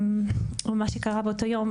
ומה שקרה באותו יום,